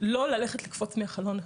לא ללכת לקפוץ מהחלון.